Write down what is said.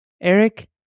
Eric